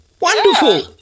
Wonderful